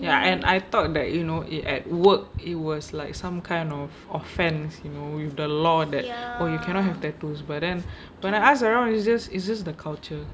ya and I thought that you know at work it was like some kind of offense you know with the law that oh you cannot have tattoos but then when I ask around is just is just the culture